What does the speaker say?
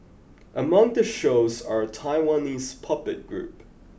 among the shows are a Taiwanese puppet group